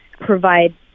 provide